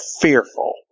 Fearful